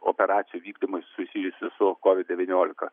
operacijų vykdymui susijusių su covid devyniolika